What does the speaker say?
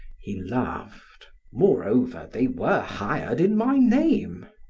he laughed. moreover, they were hired in my name!